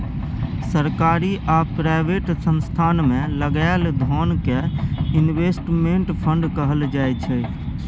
सरकारी आ प्राइवेट संस्थान मे लगाएल धोन कें इनवेस्टमेंट फंड कहल जाय छइ